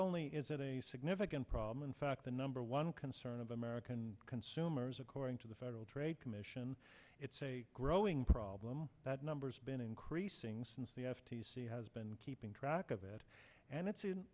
only is it a significant problem in fact the number one concern of american consumers according to the federal trade commission it's a growing problem that numbers been increasing since the f t c has been keeping track of it and it's